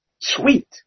sweet